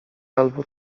albo